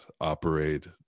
operate